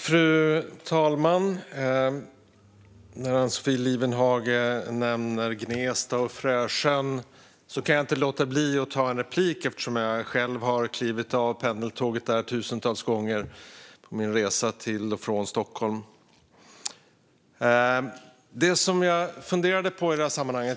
Fru talman! När Ann-Sofie Lifvenhage nämnde Gnesta och Frösjön kunde jag inte låta bli att ta replik, eftersom jag själv har klivit av pendeltåget där tusentals gånger på min resa till och från Stockholm. Jag funderade på något i detta sammanhang.